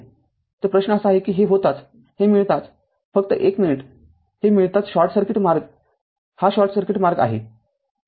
तर प्रश्न असा आहे की हे होताच हे मिळताच फक्त १ मिनिट हे मिळताच शॉर्ट सर्किट मार्ग हा शॉर्ट सर्किट मार्ग आहे